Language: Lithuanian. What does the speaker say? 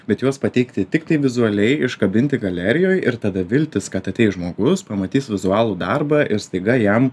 bet juos pateikti tiktai vizualiai iškabinti galerijoj ir tada viltis kad ateis žmogus pamatys vizualų darbą ir staiga jam